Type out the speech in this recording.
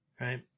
right